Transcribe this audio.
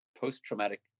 post-traumatic